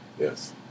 Yes